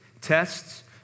tests